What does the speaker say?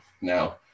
Now